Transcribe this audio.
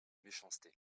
méchanceté